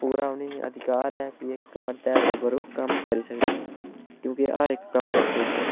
पूरा उ'नें ई अधिकार ऐ कि इक मर्दे बराबर ओह् कम्म करी सकदियां